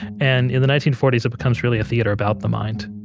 and in the nineteen forty s, it becomes really a theater about the mind